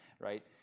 right